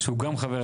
שהוא גם חבר הכנסת.